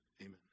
amen